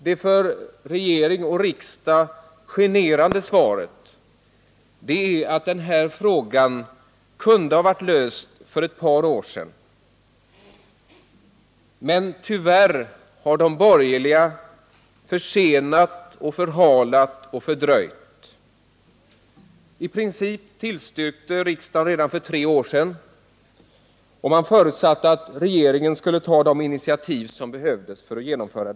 Det för regering och riksdag generande svaret är att den här frågan kunde ha blivit löst för ett par år sedan, men tyvärr har de borgerliga försenat och förhalat. I princip tillstyrkte riksdagen redan för tre år sedan, och man förutsatte att regeringen skulle ta de initiativ som behövdes för ett genomförande.